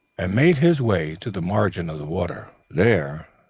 and made his way to the margin of the water. there,